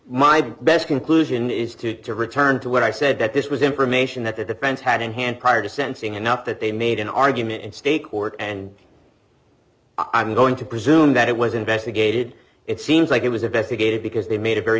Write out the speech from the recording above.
my best conclusion is to return to what i said that this was information that the defense had in hand prior to sensing enough that they made an argument in state court and i'm going to presume that it was investigated it seems like it was a better gaited because they made a very